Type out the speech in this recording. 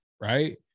right